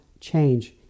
change